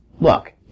look